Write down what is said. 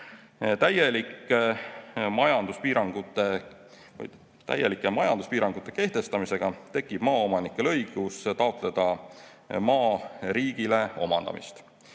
Täielike majanduspiirangute kehtestamisega tekib maaomanikel õigus taotleda maa riigile omandamist.